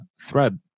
thread